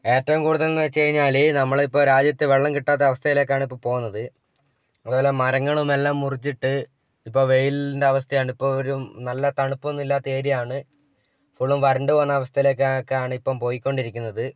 ഏറ്റവും കൂടുതലെന്നു വച്ചു കഴിഞ്ഞാൽ നമ്മളിപ്പം രാജ്യത്ത് വെള്ളം കിട്ടാത്ത അവസ്ഥയിലേക്കാണ് ഇപ്പം പോകുന്നത് അതുപോലെ മരങ്ങളുമെല്ലാം മുറിച്ചിട്ട് ഇപ്പം വെയിലിൻ്റെ അവസ്ഥയാണിപ്പം ഒരു നല്ല തണുപ്പൊന്നും ഇല്ലാത്ത ഏരിയയാണ് ഫുള്ളും വരണ്ടു പോകുന്ന അവസ്ഥയിലേക്കാണ് ഇപ്പം പോയിക്കൊണ്ടിരിക്കുന്നത്